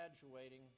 graduating